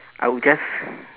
I would just